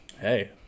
hey